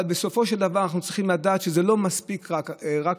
אבל בסופו של דבר אנחנו צריכים לדעת שזה לא מספיק רק בדימוי.